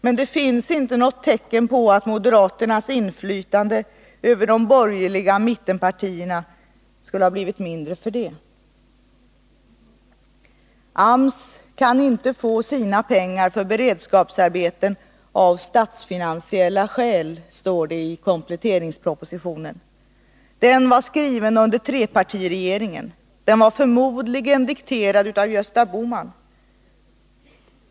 Men det finns inte något tecken på att moderaternas inflytande över de borgerliga mittenpartierna skulle ha blivit mindre för det. AMS kan inte få sina pengar för beredskapsarbeten av statsfinansiella skäl, står det i kompletteringspropositionen. Den var skriven under trepartiregeringen. Den var förmodligen dikterad av Gösta Bohman.